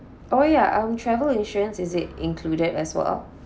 oh ya our travel insurance is it included as well